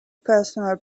personal